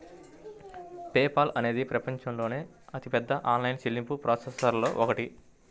pay Paul అనేది ప్రపంచంలోని అతిపెద్ద ఆన్లైన్ చెల్లింపు ప్రాసెసర్లలో ఒకటి